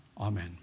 Amen